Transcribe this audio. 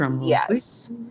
Yes